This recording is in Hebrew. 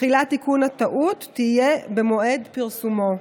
שתחילת תיקון הטעות תהיה במועד פרסומו.